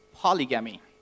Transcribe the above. Polygamy